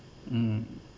mm